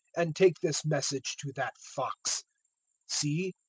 and take this message to that fox see,